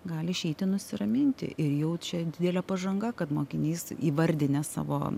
gali išeiti nusiraminti ir jau čia didelė pažanga kad mokinys įvardinęs savo